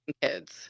kids